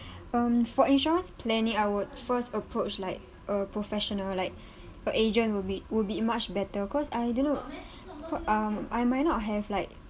um for insurance planning I would first approach like a professional like a agent will be will be much better cause I don't know um I might not have like